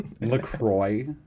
Lacroix